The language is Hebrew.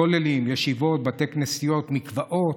כוללים, ישיבות, בתי כנסיות, מקוואות,